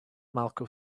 malco